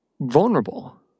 vulnerable